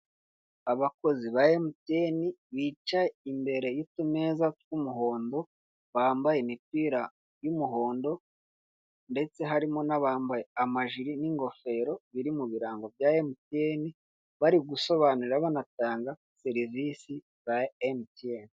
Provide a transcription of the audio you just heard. Abakozi ba emutiyeni bicaye imbere y'utumeza tw'umuhondo, bambaye imipira y'umuhondo ndetse harimo n'abambaye amajire n'ingofero biri mu birango bya emutiyene. Bari gusobanurira banatanga serivisi za emutiyene.